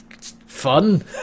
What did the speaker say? fun